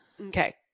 Okay